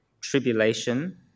tribulation